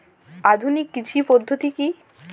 আধুনিক কৃষি পদ্ধতি কী?